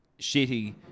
shitty